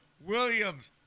Williams